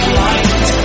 light